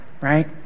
right